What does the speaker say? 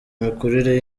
imikurire